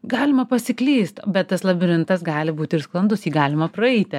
galima pasiklyst bet tas labirintas gali būti ir sklandus jį galima praeiti